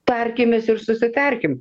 tarkimės ir susitarkim